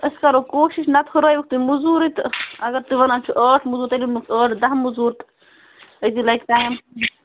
أسۍ کرو کوشِش نتہ ہُرٲیہُکھ تُہۍ موٚزوٗرٕے تہٕ اگر تُہۍ ونان چھو ٲٹھ موٚزور تیٚلہِ یمو أسۍ ٲٹھ دہ موٚزوٗر أتی لَگہِ ٹایم کم